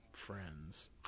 friends